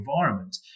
environment